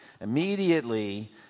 Immediately